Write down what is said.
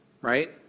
right